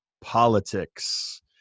politics